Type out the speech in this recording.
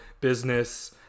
business